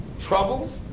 troubles